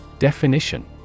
Definition